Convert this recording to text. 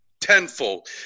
tenfold